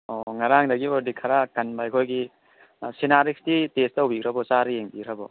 ꯑꯣ ꯅꯔꯥꯡꯗꯒꯤ ꯑꯣꯏꯗꯤ ꯈꯔ ꯀꯟꯕ ꯑꯩꯈꯣꯏꯒꯤ ꯁꯤꯅꯔꯦꯛꯁꯇꯤ ꯇꯦꯁꯠ ꯇꯧꯕꯤꯈ꯭ꯔꯕꯣ ꯆꯥꯔꯒ ꯌꯦꯡꯕꯤꯈ꯭ꯔꯕꯣ